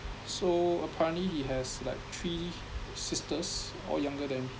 so apparently he has like three sisters all younger than